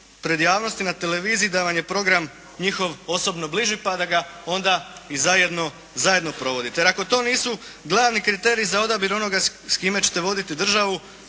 pred javnosti, na televiziji da vam je program njihov osobno bliži, pa da ga onda i zajedno, zajedno provodite. Jer ako to nisu glavni kriteriji za odabir onoga s kime ćete voditi državu,